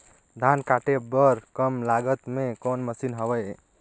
धान काटे बर कम लागत मे कौन मशीन हवय?